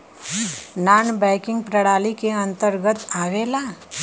नानॅ banking प्रणाली के अंतर्गत आवेला